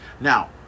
now